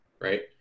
right